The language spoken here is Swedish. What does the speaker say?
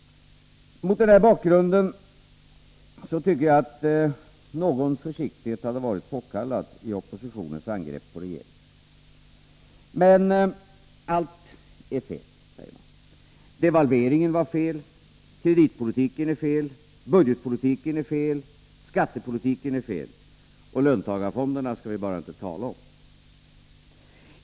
Mot denna bakgrund tycker jag att någon försiktighet i oppositionens angrepp på regeringen hade varit påkallad. Men allt är fel, säger de. Devalveringen var fel, kreditpolitiken är fel, budgetpolitiken är fel, skattepolitiken är fel — och löntagarfonderna skall vi bara inte tala om.